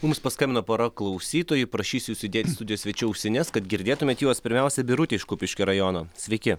mums paskambino pora klausytojų prašysiu užsidėt studijos svečių ausines kad girdėtumėt juos pirmiausia birutė iš kupiškio rajono sveiki